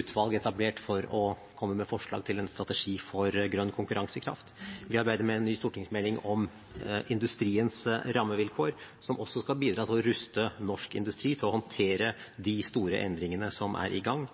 utvalg etablert for å komme med forslag til en strategi for grønn konkurransekraft. Vi arbeider med en ny stortingsmelding om industriens rammevilkår, som også skal bidra til å ruste norsk industri til å håndtere de store endringene som er i gang.